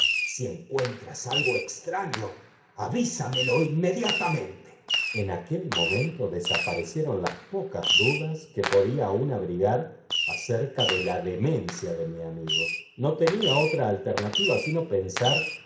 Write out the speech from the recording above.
si encuentras algo extraño avísamelo inmediatamente en aquel momento desaparecieron las pocas dudas que podía aun abrigar acerca de la demencia de mi amigo no tenía otra alternativa sino pensar